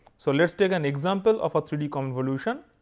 so let us take an example of a three d convolution.